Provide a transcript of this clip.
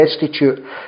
destitute